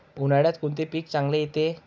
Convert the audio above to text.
उन्हाळ्यात कोणते पीक चांगले येते?